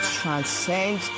transcend